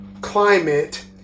climate